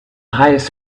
highest